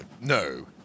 no